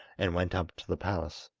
and went up to the palace.